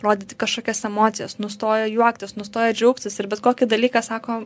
rodyti kažkokias emocijas nustoja juoktis nustoja džiaugtis ir bet kokį dalyką sako